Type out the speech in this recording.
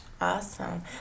Awesome